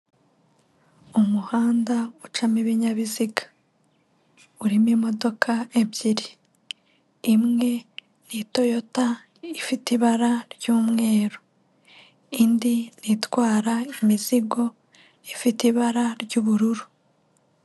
Umuhanda ucamo ibinyabiziga. Urimo imodoka ebyiri. Imwe ni itoyota ifite ibara ry'umweru. Indi ni itwara imizigo ifite ibara ry'ubururu.